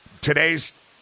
today's